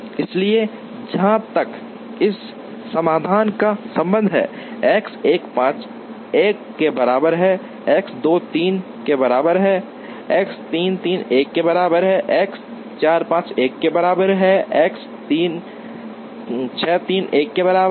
इसलिए जहां तक इस समाधान का संबंध है एक्स 1 5 1 के बराबर है एक्स 2 3 1 के बराबर है एक्स 3 3 1 के बराबर है एक्स 4 5 1 के बराबर है एक्स 6 3 1 के बराबर है